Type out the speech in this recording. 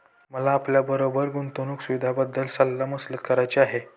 मला आपल्याबरोबर गुंतवणुक सुविधांबद्दल सल्ला मसलत करायची आहे